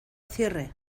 cierre